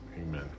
amen